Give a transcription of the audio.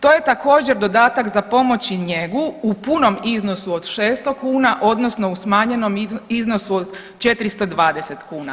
To je također dodatak za pomoć i njegu u punom iznosu od 600 kuna odnosno u smanjenom iznosu od 420 kuna.